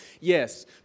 Yes